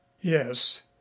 yes